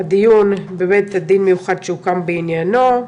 הדיון בבית הדין המיוחד שהוקם בעניינו.